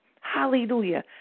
hallelujah